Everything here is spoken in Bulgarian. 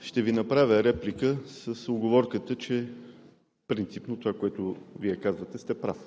ще Ви направя реплика с уговорката, че принципно за това, което Вие казвате, сте прав.